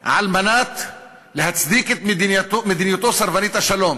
על מנת להצדיק את מדיניותו סרבנית השלום,